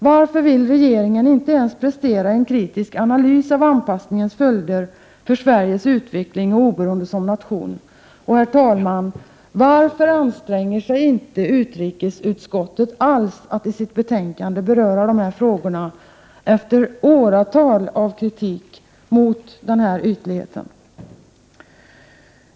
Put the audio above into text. Varför vill regeringen inte ens prestera en kritisk analys av anpassningens följder för Sveriges utveckling och oberoende som nation? Och, herr talman, varför anstränger sig utrikesutskottet inte alls att i sitt betänkande beröra dessa frågor efter åratal av kritik mot denna ytlighet?